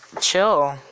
chill